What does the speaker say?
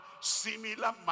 similar